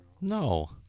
No